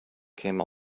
came